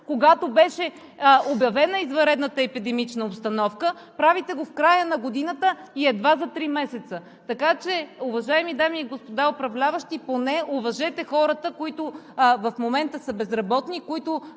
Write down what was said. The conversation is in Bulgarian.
когато беше обявена извънредната епидемична обстановка. Правите го в края на годината и едва за три месеца. Така че, уважаеми дами и господа управляващи, поне уважете хората, които в момента са безработни